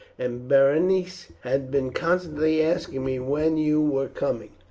and berenice has been constantly asking me when you were coming.